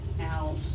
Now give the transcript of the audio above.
out